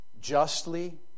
justly